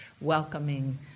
welcoming